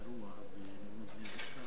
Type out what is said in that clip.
ב' באדר ב' התשע"א,